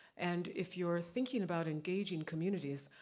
and if you're thinking about engaging communities,